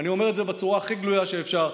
אני אומר את זה בצורה הכי גלויה שאפשר.